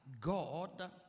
God